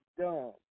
dumb